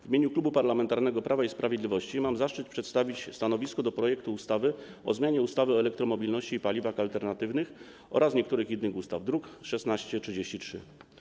W imieniu Klubu Parlamentarnego Prawo i Sprawiedliwość mam zaszczyt przedstawić stanowisko wobec projektu ustawy o zmianie ustawy o elektromobilności i paliwach alternatywnych oraz niektórych innych ustaw, druk nr 1633.